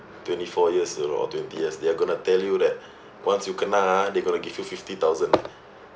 twenty four years I don't know or twenty years they are going to tell you that once you kena ha they're going to give you fifty thousand